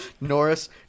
Norris